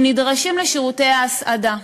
הם נדרשים לשירותי ההסעדה,